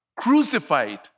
crucified